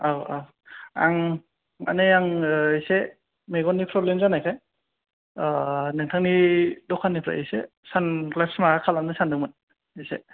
औ औ आं माने आङो इसे मेगननि फ्रब्लेम जानायखाय औ नोंथांनि दखाननिफ्रायसो सानग्लास माबा खालामनो सानदोंमोन इसे